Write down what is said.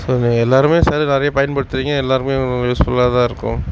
so நீங்கள் எல்லோருமே cell நிறைய பயன்படுத்தறீங்க எல்லோருக்குமே உங்களுக்கு யூஸ் ஃபுல்லாக தான் இருக்கும்